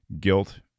guilt